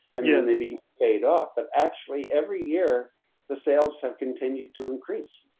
and yeah they be paid off but actually every year the sales have continued to increase.